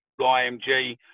IMG